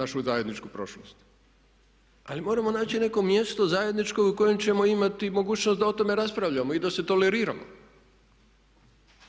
našu zajedničku prošlost ali moramo naći neko mjesto, zajedničko, u kojem ćemo imati mogućnost da o tome raspravljamo i da se toleriramo